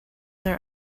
their